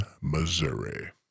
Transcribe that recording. Missouri